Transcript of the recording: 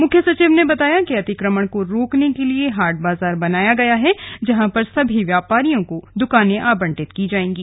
मुख्य सचिव ने बताया कि अतिक्रमण को रोकने के लिए हाट बाजार बनाया गया है जहां पर सभी व्यापारियों को दुकानें आवंटित की जाएंगी